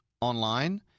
online